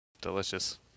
Delicious